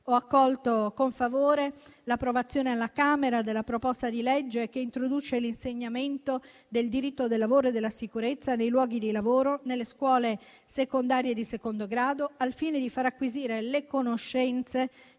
Ho accolto con favore l'approvazione alla Camera della proposta di legge che introduce l'insegnamento del diritto del lavoro e della sicurezza nei luoghi di lavoro nelle scuole secondarie di secondo grado, al fine di far acquisire le conoscenze